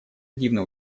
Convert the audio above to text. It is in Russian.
активное